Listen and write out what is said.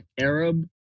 Arab